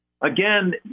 Again